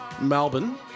Melbourne